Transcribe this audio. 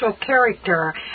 character